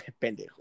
Pendejo